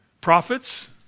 prophets